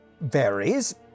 varies